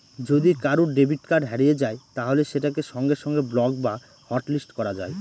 যদি কারুর debit card হারিয়ে যায় তাহলে সেটাকে সঙ্গে সঙ্গে ব্লক বা হটলিস্ট করা যায়